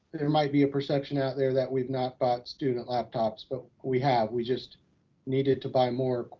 there might be a perception out there that we've not bought student laptops, but we have, we just needed to buy more,